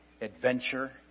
adventure